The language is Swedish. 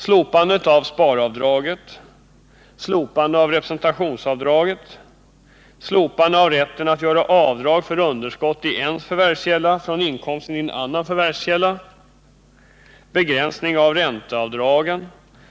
Slopande av sparavdraget, slopande av representationsavdraget, slopande av rätten att göra avdrag för underskott i en förvärvskälla från inkomsten i en annan förvärvskälla, begränsning av ränteavdragen